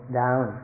down